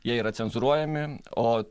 jie yra cenzūruojami o